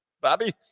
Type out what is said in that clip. Bobby